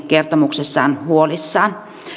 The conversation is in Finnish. kertomuksessaan huolissaan